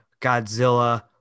Godzilla